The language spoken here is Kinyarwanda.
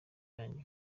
yanjye